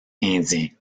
indien